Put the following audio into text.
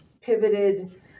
pivoted